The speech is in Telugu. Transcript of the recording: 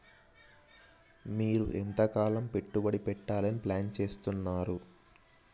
మీరు ఎంతకాలం పెట్టుబడి పెట్టాలని ప్లాన్ చేస్తున్నారు?